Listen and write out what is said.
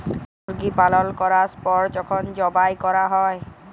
মুরগি পালল ক্যরার পর যখল যবাই ক্যরা হ্যয়